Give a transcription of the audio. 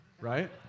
Right